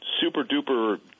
super-duper